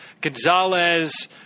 Gonzalez